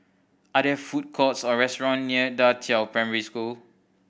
are there food courts or restaurants near Da Qiao Primary School